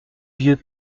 vieux